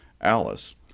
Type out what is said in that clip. Alice